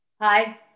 Hi